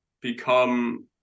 become